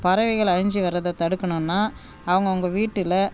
பறவைகள் அழிஞ்சு வர்றதை தடுக்கணும்னால் அவங்கவுங்க வீட்டில்